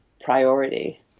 priority